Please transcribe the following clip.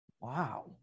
Wow